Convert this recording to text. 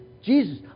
Jesus